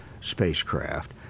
spacecraft